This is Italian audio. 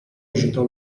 agitò